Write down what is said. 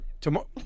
tomorrow